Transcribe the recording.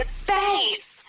space